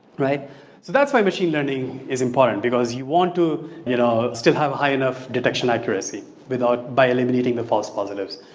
right? so that's why machine learning is important because you want to you know still have a high enough detection accuracy by eliminating the false positives.